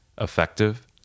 effective